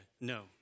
No